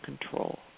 control